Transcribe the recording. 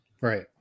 Right